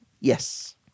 Yes